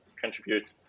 contribute